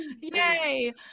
Yay